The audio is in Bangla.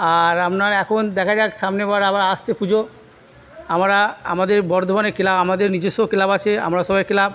আর আপনার এখন দেখা যাক সামনের বার আবার আসছে পুজো আমরা আমাদের বর্ধমানে ক্লাব আমাদের নিজস্ব ক্লাব আছে আমরা সবাই ক্লাব